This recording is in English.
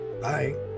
Bye